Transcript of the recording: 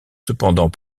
cependant